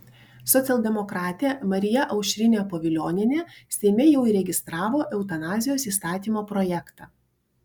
socialdemokratė marija aušrinė pavilionienė seime jau įregistravo eutanazijos įstatymo projektą